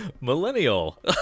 Millennial